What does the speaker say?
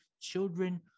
children